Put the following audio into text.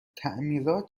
تعمیرات